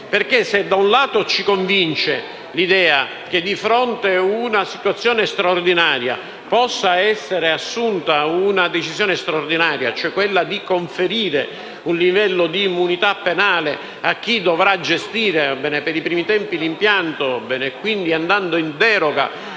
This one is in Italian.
Se, da un lato, ci convince l'idea che, di fronte ad una situazione straordinaria, possa essere assunta una decisione straordinaria, ovvero quella di conferire un livello di immunità penale a chi dovrà gestire per i primi tempi l'impianto, andando in deroga